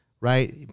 right